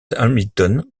hamilton